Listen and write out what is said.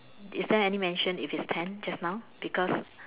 is there any mention if it's ten just now because